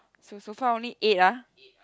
so so far only eight ah